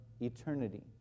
eternity